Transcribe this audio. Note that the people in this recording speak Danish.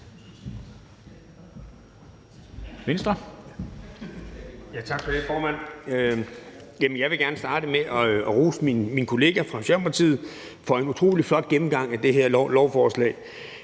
Jeg vil gerne starte med at rose min kollega fra Socialdemokratiet for en utrolig flot gennemgang af det her lovforslag.